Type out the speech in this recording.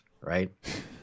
right